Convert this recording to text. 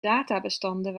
databestanden